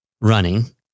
running